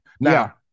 Now